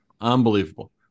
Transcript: unbelievable